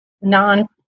non